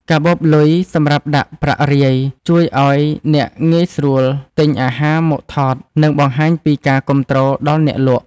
កាបូបលុយសម្រាប់ដាក់ប្រាក់រាយ ជួយឱ្យអ្នកងាយស្រួលទិញអាហារមកថត និងបង្ហាញពីការគាំទ្រដល់អ្នកលក់។